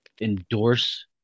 endorse